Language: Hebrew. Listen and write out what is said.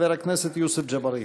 חבר הכנסת יוסף ג'בארין.